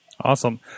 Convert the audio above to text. Awesome